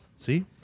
See